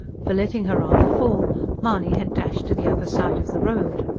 for letting her arm fall mahony had dashed to the other side of the road.